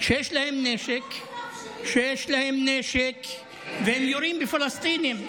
שיש להם נשק והם יורים בפלסטינים,